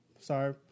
sorry